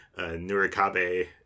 Nurikabe